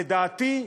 לדעתי,